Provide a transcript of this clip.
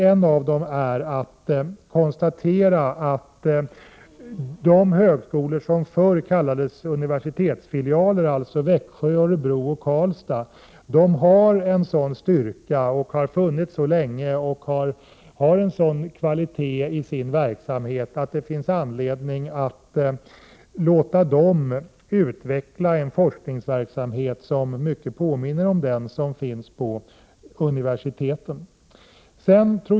Jag konstaterar att de högskolor som förr kallades universitetsfilialer, dvs. i Växjö, Örebro och Karlstad, har en sådan styrka, har funnits så länge och har en sådan kvalitet i verksamheten att det finns anledning att låta dem utveckla en forskningsverksamhet, som mycket påminner om den som förekommer på universiteten.